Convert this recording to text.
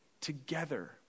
together